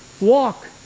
Walk